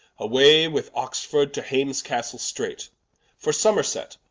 away with oxford, to hames castle straight for somerset,